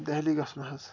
دہلی گژھُن حظ